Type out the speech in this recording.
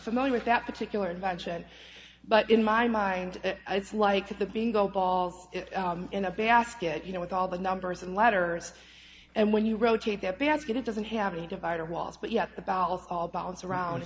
familiar with that particular invention but in my mind it's like the bingo balls in a basket you know with all the numbers and letters and when you rotate that basket it doesn't have a divider walls but yet the bowels all bounce around